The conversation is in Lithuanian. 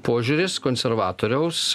požiūris konservatoriaus